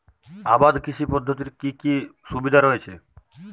আবাদ কৃষি পদ্ধতির কি কি সুবিধা রয়েছে?